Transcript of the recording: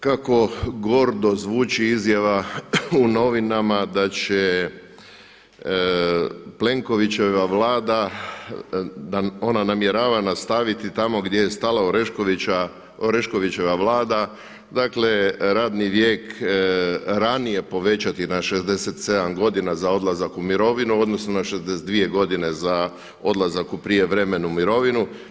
Kako gordo zvuči izjava u novinama da će Plenkovićeva Vlada, da ona namjerava nastaviti tamo gdje je stala Oreškovićeva Vlada, dakle radni vijek ranije povećati na 67 godina za odlazak u mirovinu odnosno na 62 godine za odlazak u prijevremenu mirovinu.